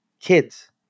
kids